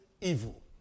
evil